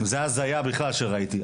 זה הזייה בכלל שראיתי.